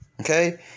okay